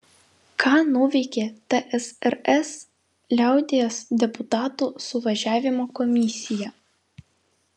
ką nuveikė tsrs liaudies deputatų suvažiavimo komisija